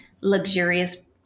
luxurious